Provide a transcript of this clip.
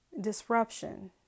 disruption